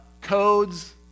codes